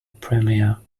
premiere